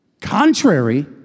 contrary